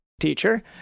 teacher